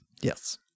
Yes